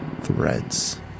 threads